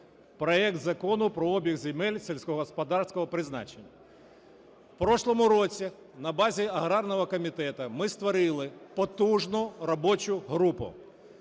проект Закону про обіг земель сільськогосподарського призначення. В прошлому році на базі аграрного комітету ми створили потужну робочу групу.